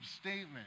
statement